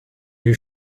you